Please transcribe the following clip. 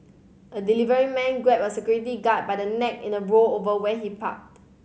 a delivery man grabbed a security guard by the neck in a row over where he parked